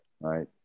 right